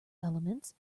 elements